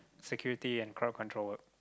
security and crowd control